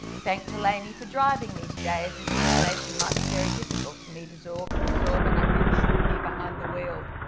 thanked elanie for driving me today as this information might be very difficult for me to absorb absorb and i really shouldn't be behind the wheel.